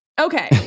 Okay